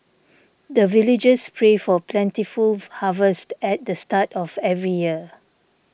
the villagers pray for plentiful harvest at the start of every year